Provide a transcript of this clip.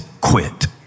quit